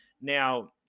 Now